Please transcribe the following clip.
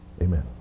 Amen